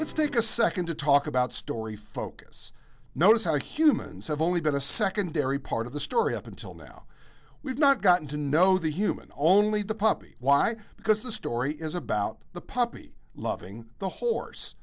let's take a second to talk about story focus notice how humans have only been a secondary part of the story up until now we've not gotten to know the human only the puppy why because the story is about the puppy loving the horse